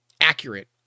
accurate